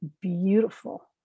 beautiful